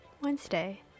Wednesday